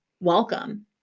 welcome